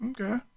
Okay